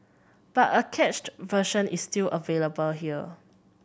but a cached version is still available here